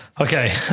Okay